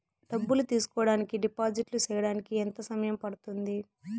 డబ్బులు తీసుకోడానికి డిపాజిట్లు సేయడానికి ఎంత సమయం పడ్తుంది